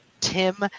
tim